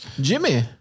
Jimmy